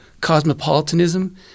cosmopolitanism